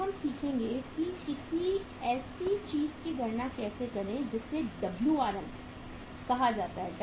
अब हम सीखेंगे कि किसी ऐसी चीज़ की गणना कैसे करें जिसे WRM कहा जाता है